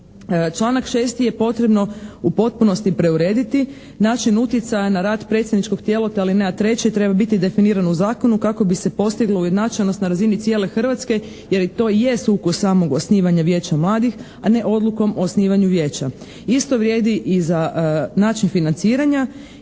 Članak 6. je potrebno u potpunosti preurediti. Način utjecaja na rad predstavničkog tijela, to je alineja 3., treba biti definiran u Zakonu kako bi se postigla ujednačenost na razini cijele Hrvatske jer to je sukus samog osnivanja Vijeća mladih, a ne odlukom o osnivanju Vijeća. Isto vrijedi i za način financiranja